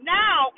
now